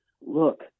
look